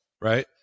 right